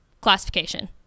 classification